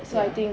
ya